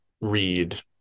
read